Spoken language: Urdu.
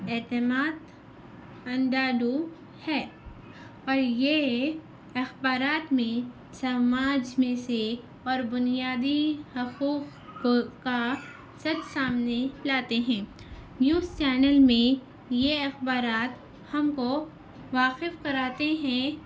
اعتماد انڈر دو ہے اور یہ اخبارات میں سماج میں سے اور بنیادی حقوق کو کا سچ سامنے لاتے ہیں نیوز چینل میں یہ اخبارات ہم کو واقف کراتے ہیں